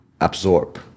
absorb